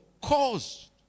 caused